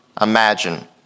imagine